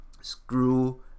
screw